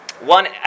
One